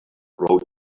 wrote